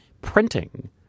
Printing